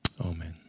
Amen